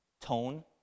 tone